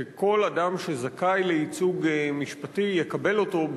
שכל אדם שזכאי לייצוג משפטי יקבל אותו,